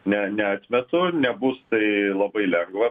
ne neatmetu nebus tai labai lengva